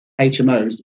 HMOs